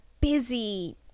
busy